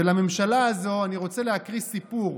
ולממשלה הזו אני רוצה להקריא סיפור: